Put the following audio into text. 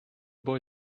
boy